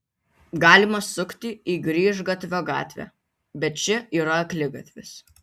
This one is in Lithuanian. galima sukti į grįžgatvio gatvę bet ši yra akligatvis